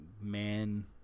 man